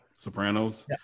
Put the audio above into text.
Sopranos